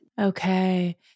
Okay